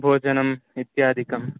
भोजनम् इत्यादिकम्